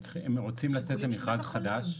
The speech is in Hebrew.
הם רוצים לצאת למכרז חדש,